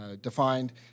defined